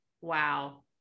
Wow